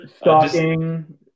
Stalking